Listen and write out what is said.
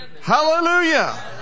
Hallelujah